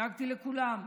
דאגתי לכולם.